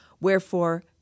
Wherefore